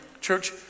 church